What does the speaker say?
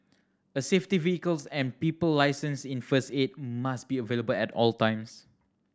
a safety vehicles and people licensed in first aid must be available at all times